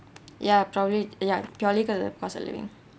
ya probably ya purely because the cost of living